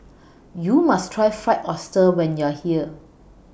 YOU must Try Fried Oyster when YOU Are here